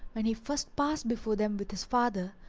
when he first passed before them with his father,